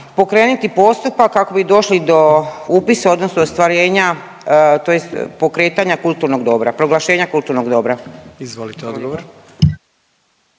pokrenuti postupak kako bi došli do upisa odnosno ostvarenja tj. pokretanja kulturnog dobra, proglašenja kulturnog dobra. **Jandroković,